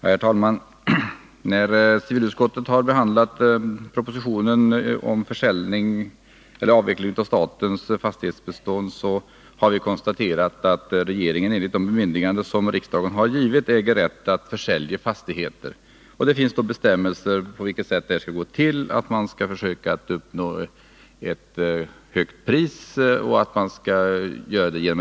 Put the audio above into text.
Herr talman! När civilutskottet behandlade propositionen om försäljning eller avveckling av statens fastighetsbestånd konstaterade vi att regeringen enligt de bemyndiganden som riksdagen tidigare har givit äger rätt att försälja sina fastigheter. Det finns bestämmelser om hur det skall gå till - man skall försöka få ett bra pris och förfarandet skall vara offentligt.